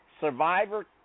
Survivor